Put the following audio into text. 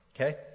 Okay